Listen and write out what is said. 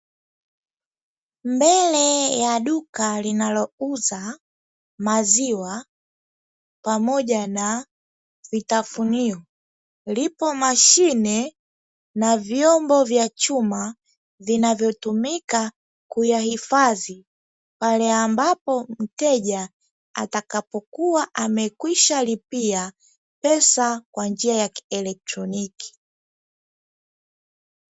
Mbele ya duka linalouza maziwa pamoja na vitafunio, lipo mashine na vyombo vya chuma vinavyotumika kuyahifadhi pale ambapo mteja atakapokuwa amekwisha lipia pesa kwa njia ya kielektroniki.